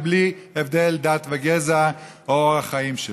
בלי הבדל דת וגזע או אורח חיים.